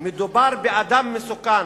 מדובר באדם מסוכן.